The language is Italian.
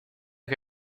che